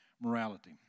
morality